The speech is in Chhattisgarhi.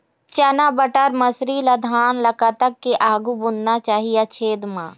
चना बटर मसरी ला धान ला कतक के आघु बुनना चाही या छेद मां?